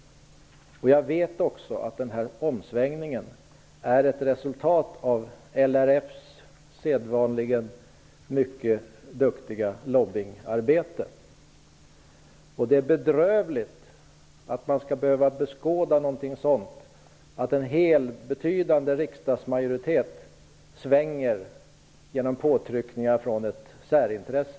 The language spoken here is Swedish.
Jag vet också att denna omsvängning är ett resultat av LRF:s sedvanligen mycket goda lobbyingarbete. Och det är bedrövligt att man skall behöva beskåda att en betydande riksdagsmajoritet svänger genom påtryckningar från ett särintresse.